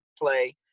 play